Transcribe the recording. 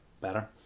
better